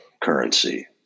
currency